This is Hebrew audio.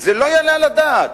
זה לא יעלה על הדעת,